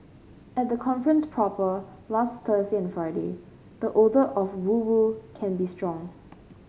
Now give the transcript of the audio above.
at the conference proper last Thursday and Friday the odour of woo woo can be strong